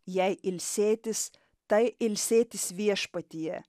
jai ilsėtis tai ilsėtis viešpatyje